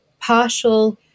partial